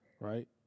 right